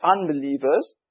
unbelievers